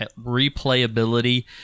Replayability